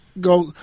go